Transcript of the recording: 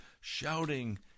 shouting